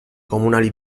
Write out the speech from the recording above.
comunali